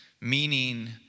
Meaning